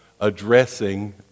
addressing